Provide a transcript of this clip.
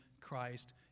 Christ